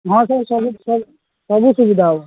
ହଁ ସାର୍ ସବୁ ସବୁ ସବୁ ସୁବିଧା ହେବ